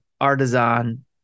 Artisan